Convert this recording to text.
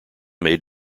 made